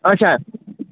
اَچھا